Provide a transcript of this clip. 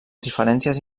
diferències